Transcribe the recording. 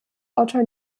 autor